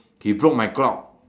he broke my clock